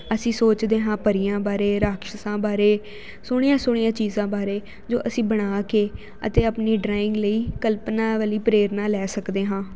ਅਸੀਂ ਸੋਚਦੇ ਹਾਂ ਪਰੀਆਂ ਬਾਰੇ ਰਾਕਸ਼ਸ਼ਾਂ ਬਾਰੇ ਸੋਹਣੀਆਂ ਸੋਹਣੀਆਂ ਚੀਜ਼ਾਂ ਬਾਰੇ ਜੋ ਅਸੀਂ ਬਣਾ ਕੇ ਅਤੇ ਆਪਣੀ ਡਰਾਇੰਗ ਲਈ ਕਲਪਨਾ ਵਾਲੀ ਪ੍ਰੇਰਨਾ ਲੈ ਸਕਦੇ ਹਾਂ